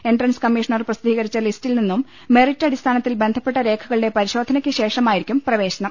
entrance commissioner പ്രസിദ്ധീകരിച്ച ലിസ്റ്റിൽനിന്നും merit അടിസ്ഥാനത്തിൽ ബന്ധപ്പെട്ട രേഖകളുടെ പരിശോധനയ്ക്ക് ശേഷമായിരിക്കും പ്രവേശനം